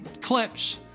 clips